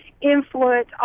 influence